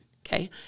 Okay